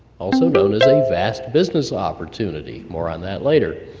also known as a vast business opportunity, more on that later.